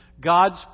God's